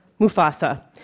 Mufasa